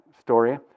story